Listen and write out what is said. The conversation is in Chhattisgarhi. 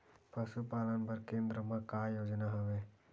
पशुपालन बर केन्द्र म का योजना हवे?